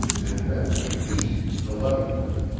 and then went east, to leavenworth,